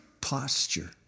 Posture